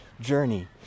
journey